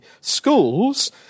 schools